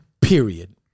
period